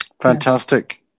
Fantastic